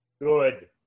Good